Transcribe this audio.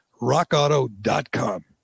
RockAuto.com